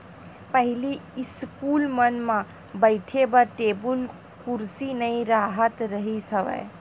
पहिली इस्कूल मन म बइठे बर टेबुल कुरसी नइ राहत रिहिस हवय